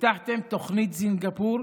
הבטחתם תוכנית סינגפור,